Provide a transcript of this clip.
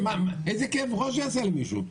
איזה כאב ראש זה יעשה למישהו?